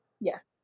Yes